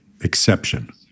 exception